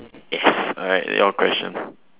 yes alright your question